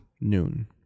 Noon